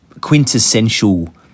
quintessential